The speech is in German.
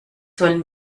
sollen